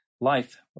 life